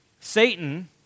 Satan